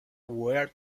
where